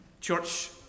church